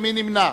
מי נמנע?